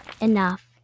enough